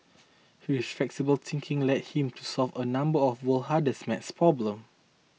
his flexible thinking led him to solve a number of world's hardest math problems